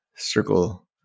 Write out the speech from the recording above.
Circle